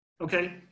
Okay